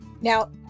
now